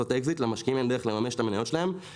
דרושה אופציה להנזיל את המניות שלהם דרך שוק משני.